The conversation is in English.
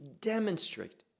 demonstrate